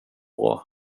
bra